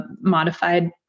modified